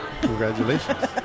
Congratulations